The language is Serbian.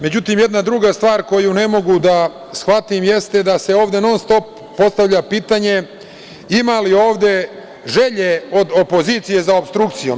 Međutim jedna druga stvar koju ne mogu da shvatim jeste da se ovde non stop postavlja pitanje ima li ovde želje od opozicije za opstrukcijom.